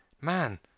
man